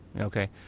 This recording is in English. okay